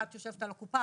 אחת יושבת על הקופה,